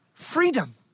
freedom